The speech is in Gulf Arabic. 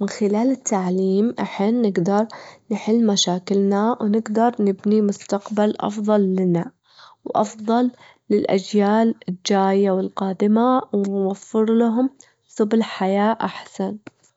من خلال التعليم إحنا نجدر نحل مشاكلنا، ونجدر نبني مستقبل أفضل لنا، وأفضل للأجيال الجاية والقادمة ونوفرلهم سبل حياة أحسن.